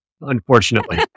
unfortunately